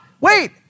wait